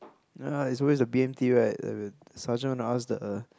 ya it's always the B_M_T right err sergeant want to ask the err